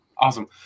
Awesome